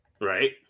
right